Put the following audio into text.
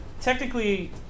Technically